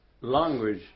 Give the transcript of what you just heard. language